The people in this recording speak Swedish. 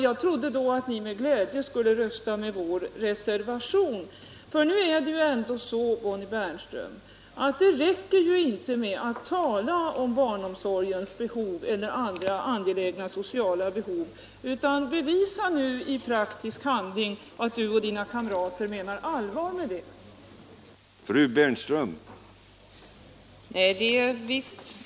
Jag trodde då att ni med glädje skulle rösta på vår reservation. Det räcker ju inte, Bonnie Bernström, med att tala om barnomsorgens behov eller andra angelägna sociala behov. Bevisa nu i praktisk handling att du och dina kamrater menar allvar med ert tal.